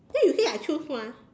why you say I choose one ah